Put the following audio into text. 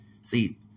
see